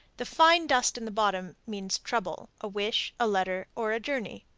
the fine dust in the bottom means trouble, a wish, a letter, or a journey.